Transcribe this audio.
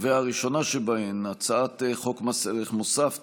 והראשונה שבהן: הצעת חוק מס ערך מוסף (תיקון,